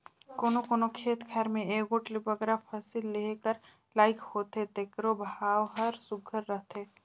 कोनो कोनो खेत खाएर में एगोट ले बगरा फसिल लेहे कर लाइक होथे तेकरो भाव हर सुग्घर रहथे